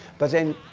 but then,